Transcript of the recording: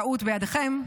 טעות בידכם.